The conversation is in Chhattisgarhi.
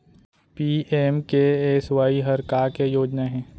पी.एम.के.एस.वाई हर का के योजना हे?